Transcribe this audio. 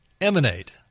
emanate